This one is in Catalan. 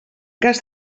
cas